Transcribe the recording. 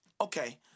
okay